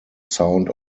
sound